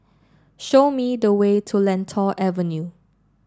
show me the way to Lentor Avenue